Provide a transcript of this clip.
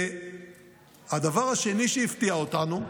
הדבר השני שהפתיע אותנו,